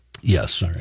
Yes